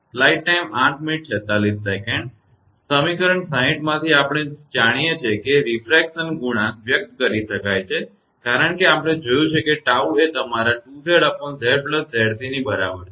સમીકરણ 60 માંથી આપણે જાણીએ છીએ કે રીફ્રેક્શન ગુણાંક વ્યક્ત કરી શકાય છે કારણ કે આપણે જોયું છે કે 𝜏 એ તમારા 2𝑍𝑍𝑍𝑐 ની બરાબર છે